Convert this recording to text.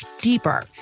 deeper